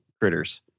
critters